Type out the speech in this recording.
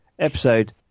episode